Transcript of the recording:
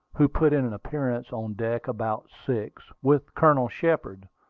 who put in an appearance on deck about six, with colonel shepard.